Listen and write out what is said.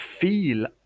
feel